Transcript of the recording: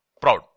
proud